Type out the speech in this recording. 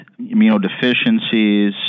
immunodeficiencies